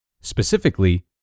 Specifically